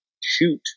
shoot